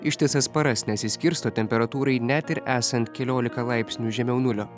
ištisas paras nesiskirsto temperatūrai net ir esant keliolika laipsnių žemiau nulio